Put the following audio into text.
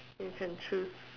you can choose